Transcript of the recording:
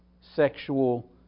sexual